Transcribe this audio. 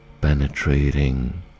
penetrating